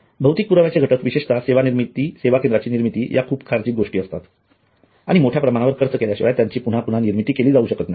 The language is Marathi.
भौतिक पुराव्यांचे घटक विशेषत सेवा केंद्राची निर्मिती या खूप खर्चिक असतात आणि मोठ्या प्रमाणावर खर्च केल्याशिवाय त्यांची पुन्हा पुन्हा निर्मिती केली जाऊ शकत नाहीत